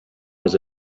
was